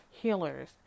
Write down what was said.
healers